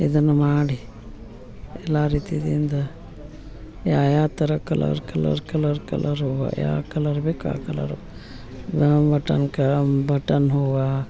ಇದನ್ನು ಮಾಡಿ ಎಲ್ಲ ರೀತಿಯಿಂದ ಯಾವ್ಯಾವ ಥರ ಕಲರ್ ಕಲರ್ ಕಲರ್ ಕಲರ್ ಹೂವು ಯಾವ ಕಲರ್ ಬೇಕು ಆ ಕಲರು ಬಟನ್ ಕಾ ಬಟನ್ ಹೂವು